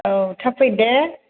औ थाब फै दे